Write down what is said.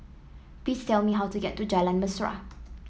please tell me how to get to Jalan Mesra